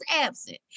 absent